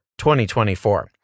2024